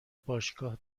باشگاه